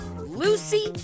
Lucy